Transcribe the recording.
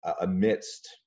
amidst